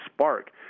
spark